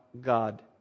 God